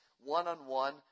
one-on-one